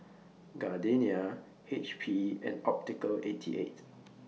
Gardenia H P and Optical eighty eight